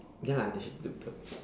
ya lah then she took the